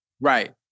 Right